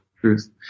truth